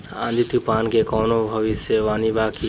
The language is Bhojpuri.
आँधी तूफान के कवनों भविष्य वानी बा की?